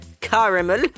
caramel